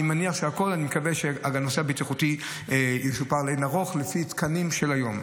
אני מניח שהנושא הבטיחותי יטופל לאין ערוך לפי תקנים של היום.